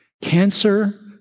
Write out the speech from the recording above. Cancer